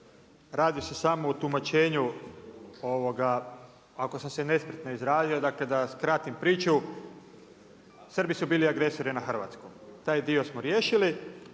radi se samo o tumačenju ako sam se nespretno izrazio dakle da skratim priču Srbi su bili agresori na Hrvatsku, taj dio smo riješili.